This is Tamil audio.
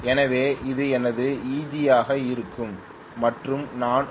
எனவே இது எனது Eg யாக இருக்கும் மற்றும் நான் ஓ